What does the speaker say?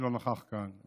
שלא נכח כאן,